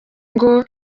ngo